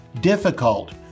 difficult